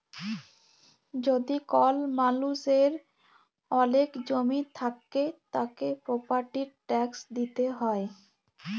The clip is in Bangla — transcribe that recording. যদি কল মালুষের ওলেক জমি থাক্যে, তাকে প্রপার্টির ট্যাক্স দিতে হ্যয়